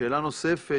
שאלה נוספת,